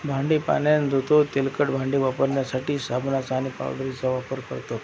भांडी पाण्याने धुतो तेलकट भांडी वापरण्यासाठी साबणाचा आणि पावडरीचा वापर करतोत